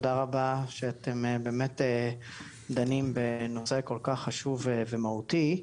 תודה רבה שאתם באמת דנים בנושא כל כך חשוב ומהותי.